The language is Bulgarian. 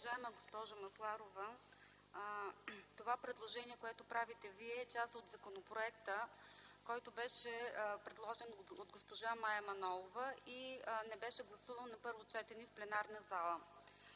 Уважаема госпожо Масларова, това предложение, което правите, е част от законопроекта, който беше предложен от госпожа Мая Манолова и не беше гласуван на първо четене в пленарната зала.